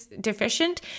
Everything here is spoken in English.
deficient